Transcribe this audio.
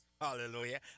Hallelujah